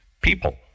People